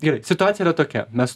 gerai situacija yra tokia mes